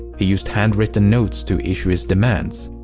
he used handwritten notes to issue his demands.